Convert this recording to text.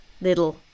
little